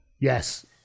Yes